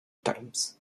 times